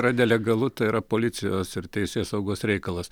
yra nelegalu tai yra policijos ir teisėsaugos reikalas